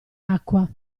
acqua